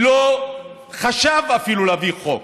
ולא חשב אפילו להביא חוק.